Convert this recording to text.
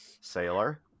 Sailor